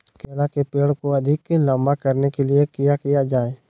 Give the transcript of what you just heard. केला के पेड़ को अधिक लंबा करने के लिए किया किया जाए?